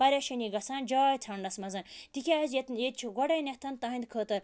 پریشٲنی گژھان جاے ژھانٛڈنَس منٛز تِکیٛازِ یَتَن ییٚتہِ چھِ گۄڈٕنٮ۪تھ تَہَنٛدِ خٲطرٕ